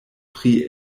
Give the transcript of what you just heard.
pri